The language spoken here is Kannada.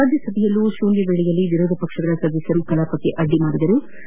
ರಾಜ್ಯಸಭೆಯಲ್ಲಿ ಶೂನ್ಯವೇಳೆಯಲ್ಲಿ ವಿರೋಧ ಪಕ್ಷಗಳ ಸದಸ್ನರು ಕಲಾಪಕ್ಕೆ ಅಡ್ಡಿ ಉಂಟುಮಾಡಿದರು